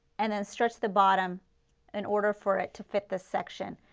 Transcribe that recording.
and then stretch the bottom in order for it to fit this section.